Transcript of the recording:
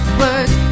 words